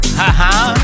haha